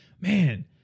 man